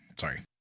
Sorry